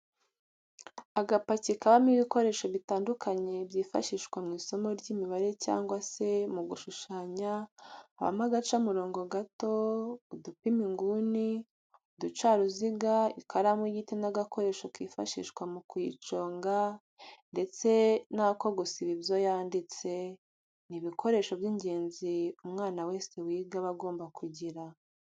Agapaki kabamo ibikoresho bitandukanye byifashishwa mw'isomo ry'imibare cyangwa se mu gushushanya habamo agacamurobo gato, udupima inguni, uducaruziga ,ikaramu y'igiti n'agakoresho kifashishwa mu kuyiconga ndetse n'ako gusiba ibyo yanditse, ni ibikoresho by'ingenzi umwana wese wiga aba agomba kugira.